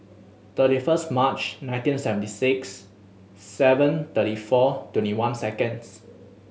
thirty first March nineteen seventy six seven thirty four twenty one seconds